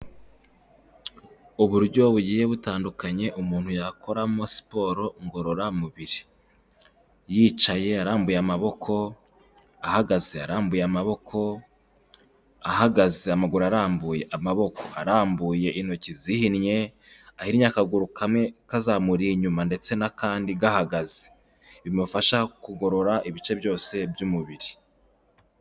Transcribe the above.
Uburyo bugiye butandukanye umuntu yakoramo siporo ngororamubiri, yicaye arambuye amaboko, ahagaze arambuye amaboko, ahagaze amaguru arambuye, amaboko arambuye, intoki zihinnye, ahinnye akaguru kamwe kazamuriye inyuma ndetse n'akandi gahagaze, bimufasha kugorora ibice byose by'umubiri.